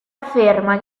afferma